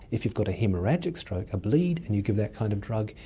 if you've got a haemorrhagic stroke, a bleed, and you give that kind of drug,